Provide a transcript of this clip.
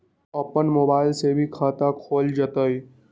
अपन मोबाइल से भी खाता खोल जताईं?